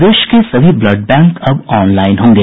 प्रदेश के सभी blood bank अब ऑनलाईन होंगे